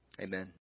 Amen